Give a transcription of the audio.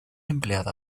empleada